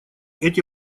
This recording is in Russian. эти